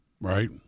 right